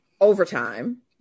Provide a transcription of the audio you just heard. overtime